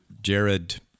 Jared